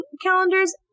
calendars